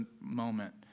moment